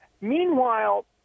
Meanwhile